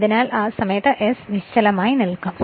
അതിനാൽ ആ സമയത്ത് s നിശ്ചലമായി നിൽക്കും